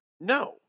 No